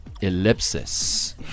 ellipsis